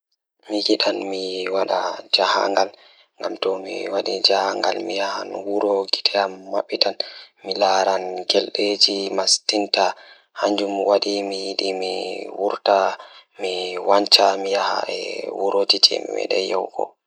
Mi njeyataa nder leydi leƴƴi, so tawii miɗo waawde, Ngam miɗo njeyata njangol goɗɗo waɗata. Nder leydi leƴƴi, Miɗo waɗataa waawde heɓde nguurndam e koɗɗe waɗata wonde to nooneeji ɗiɗɗi.